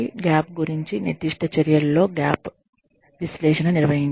gap గురించి నిర్దిష్ట చర్యలలో గ్యాప్ విశ్లేషణ నిర్వహించండి